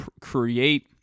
create